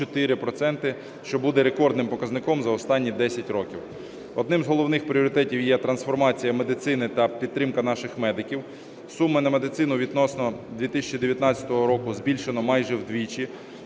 що буде рекордним показником за останні 10 років. Одним з головних пріоритетів є трансформація медицини та підтримка наших медиків. Сума на медицину, відносно 2019 року, збільшено майже вдвічі.